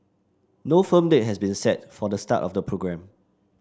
no firm date has been set for the start of the programme